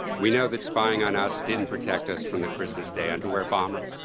we know that spying on us didn't protect us from the christmas day underwear bomber,